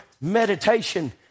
meditation